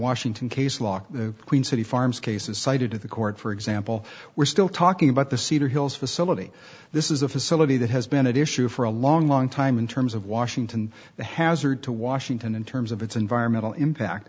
washington case law the queen city farms cases cited to the court for example we're still talking about the cedar hills facility this is a facility that has been an issue for a long long time in terms of washington the hazard to washington in terms of its environmental impact